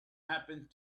happened